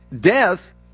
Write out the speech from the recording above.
death